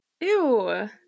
Ew